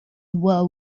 were